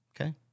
Okay